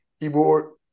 keyboard